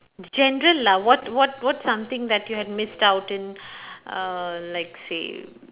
general lah what what what something that you have missed out in uh like say